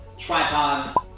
tripods.